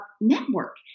network